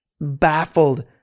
baffled